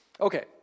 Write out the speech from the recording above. Okay